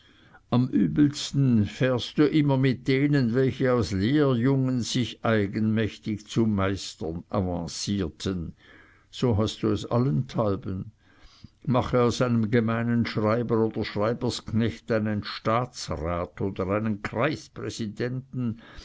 am übelsten fährst immer mit denen welche aus lehrjungen sich eigenmächtig zu meistern avancierten so hast du es allenthalben mache aus einem gemeinen schreiber oder schreibersknecht einen staatsrat oder einen